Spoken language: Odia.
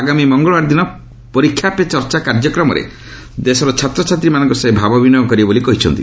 ଆଗାମୀ ମଙ୍ଗଳବାର ଦିନ ପରୀକ୍ଷା ପେ ଚର୍ଚ୍ଚା କାର୍ଯ୍ୟକ୍ରମରେ ଦେଶର ଛାତ୍ରଛାତ୍ରୀମାନଙ୍କ ସହ ସେ ଭାବବିନିମୟ କରିବେ ବୋଲି ସେ କହିଛନ୍ତି